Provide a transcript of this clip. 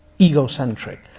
egocentric